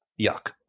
yuck